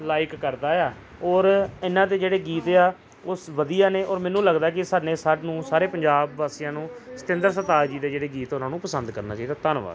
like ਕਰਦਾ ਆ ਔਰ ਇਹਨਾਂ ਦੇ ਜਿਹੜੇ ਗੀਤ ਆ ਉਸ ਵਧੀਆ ਨੇ ਔਰ ਮੈਨੂੰ ਲੱਗਦਾ ਕਿ ਸਾਡੇ ਸਾਨੂੰ ਸਾਰੇ ਪੰਜਾਬ ਵਾਸੀਆਂ ਨੂੰ ਸਤਿੰਦਰ ਸਰਤਾਜ ਜੀ ਦੇ ਜਿਹੜੇ ਗੀਤ ਉਹਨਾਂ ਨੂੰ ਪਸੰਦ ਕਰਨਾ ਚਾਹੀਦਾ ਧੰਨਵਾਦ